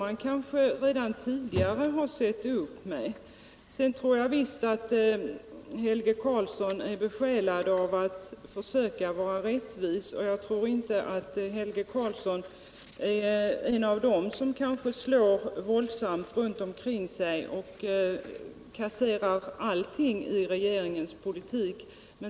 Man kanske redan tidigare borde ha sett upp med den ensidiga Jag tror visst att Helge Karlsson är besjälad av att försöka vara rättvis och att han inte är en av dem som slår våldsamt omkring sig och kasserar allting i regeringens politik.